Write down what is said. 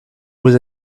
was